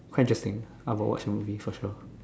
quite interesting I will watch the movie for sure